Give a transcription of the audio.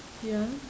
ya